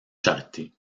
charité